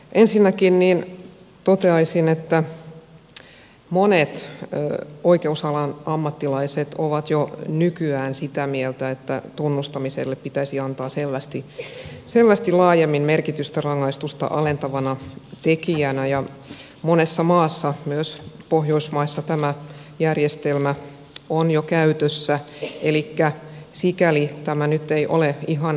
ensinnäkin toteaisin että monet oikeusalan ammattilaiset ovat jo nykyään sitä mieltä että tunnustamiselle pitäisi antaa selvästi laajemmin merkitystä rangaistusta alentavana tekijänä ja monessa maassa myös pohjoismaissa tämä järjestelmä on jo käytössä elikkä sikäli tämä nyt ei ole ihan vieras lintu